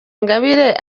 ingabire